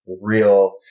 real